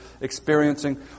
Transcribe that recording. experiencing